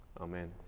Amen